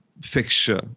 fixture